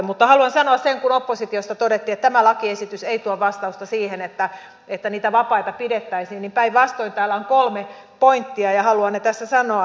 mutta haluan sanoa kun oppositiosta todettiin että tämä lakiesitys ei tuo vastausta siihen että niitä vapaita pidettäisiin että tämä on päinvastoin täällä on kolme pointtia ja haluan ne tässä tuoda esiin